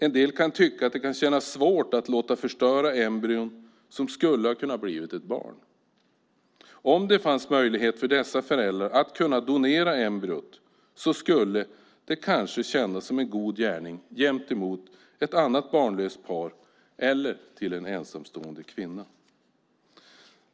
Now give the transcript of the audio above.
En del kan tycka att det känns svårt att låta förstöra embryon som skulle ha kunnat bli barn. Om det fanns möjlighet för dessa föräldrar att donera embryon skulle det kanske kännas som en god gärning gentemot ett annat barnlöst par eller en ensamstående kvinna.